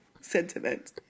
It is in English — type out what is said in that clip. sentiment